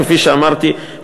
כפי שאמרתי,